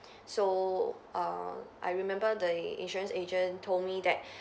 so err I remember the insurance agent told me that